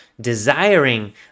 desiring